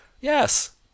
Yes